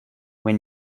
when